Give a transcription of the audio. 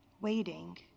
waiting